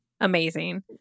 amazing